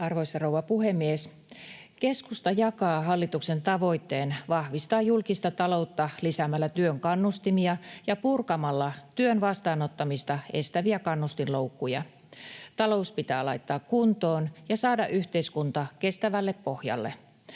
Arvoisa rouva puhemies! Keskusta jakaa hallituksen tavoitteen vahvistaa julkista taloutta lisäämällä työn kannustimia ja purkamalla työn vastaanottamista estäviä kannustinloukkuja. Talous pitää laittaa kuntoon ja saada yhteiskunta kestävälle pohjalle.